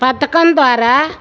పథకం ద్వారా